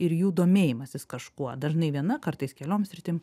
ir jų domėjimasis kažkuo dažnai viena kartais keliom sritim